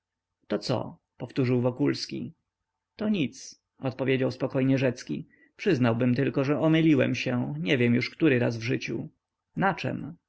to co powtórzył wokulski to nic odpowiedział spokojnie rzecki przyznałbym tylko że omyliłem się nie wiem już który raz w życiu na czem